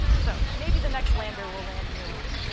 so maybe the next lander will land near one.